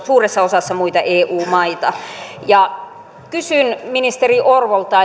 suuressa osassa muita eu maita kysyn ministeri orvolta